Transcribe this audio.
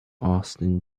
austin